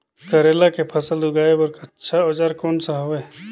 करेला के फसल उगाई बार अच्छा औजार कोन सा हवे?